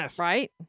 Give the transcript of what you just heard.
right